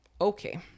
Okay